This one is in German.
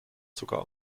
zucker